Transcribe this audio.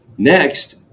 Next